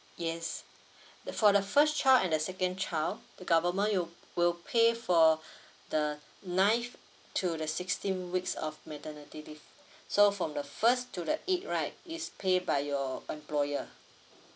yes the for the first child and the second child government will will pay for the ninth to the sixteenth weeks of maternity leave so from the first to the eighth right is pay by your employer